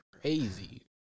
crazy